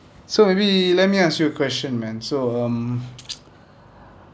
so maybe let me ask you a question man so um